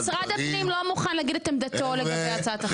משרד הפנים לא מוכן להגיד את עמדתו לגבי הצעת החוק.